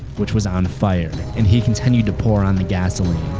which was on fire, and he continued to pour on the gasoline.